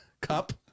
cup